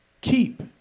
Keep